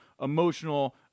emotional